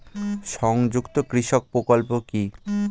সংযুক্ত কৃষক প্রকল্প কি?